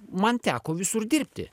man teko visur dirbti